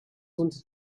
wanted